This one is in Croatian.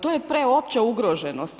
To je preopća ugroženost.